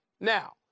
Now